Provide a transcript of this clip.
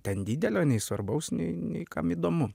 ten didelio nei svarbaus nei nei kam įdomu